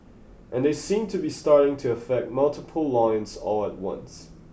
and they seem to be starting to affect multiple lines all at once